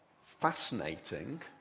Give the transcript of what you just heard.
fascinating